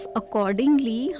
Accordingly